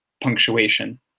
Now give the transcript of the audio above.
punctuation